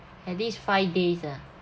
at least five days ah